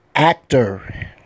Actor